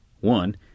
One